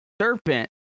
Serpent